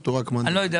אני לא יודע.